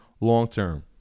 long-term